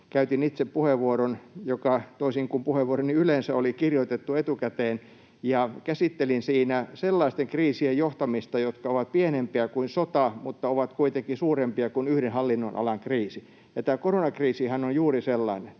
käytin itse puheenvuoron, joka — toisin kuin puheenvuoroni yleensä — oli kirjoitettu etukäteen, ja käsittelin siinä sellaisten kriisien johtamista, jotka ovat pienempiä kuin sota mutta ovat kuitenkin suurempia kuin yhden hallinnonalan kriisi, ja tämä koronakriisihän on juuri sellainen.